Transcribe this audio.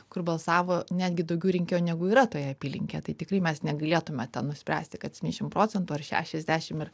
kur balsavo netgi daugiau rinkėjų negu yra toje apylinkėj tai tikrai mes negalėtume ten nuspręsti kad septynesdešim procentų ar šešiasdešimt ir